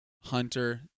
hunter